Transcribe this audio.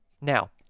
Now